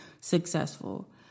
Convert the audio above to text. successful